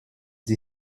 die